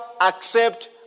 accept